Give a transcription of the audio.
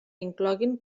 incloguin